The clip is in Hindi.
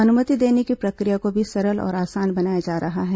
अनुमति देने की प्रक्रिया को भी सरल और आसान बनाया जा रहा है